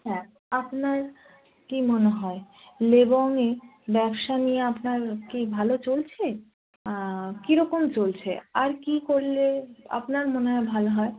হ্যাঁ আপনার কি মনে হয় লেবংগে ব্যবসা নিয়ে আপনার কি ভালো চলছে কীরকম চলছে আর কি করলে আপনার মনে হয় ভালো হয়